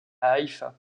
haïfa